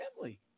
family